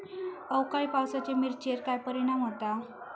अवकाळी पावसाचे मिरचेर काय परिणाम होता?